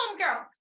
homegirl